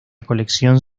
colección